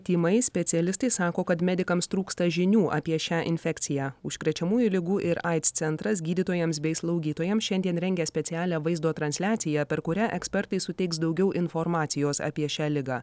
tymais specialistai sako kad medikams trūksta žinių apie šią infekciją užkrečiamųjų ligų ir aids centras gydytojams bei slaugytojams šiandien rengia specialią vaizdo transliaciją per kurią ekspertai suteiks daugiau informacijos apie šią ligą